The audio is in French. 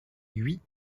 huit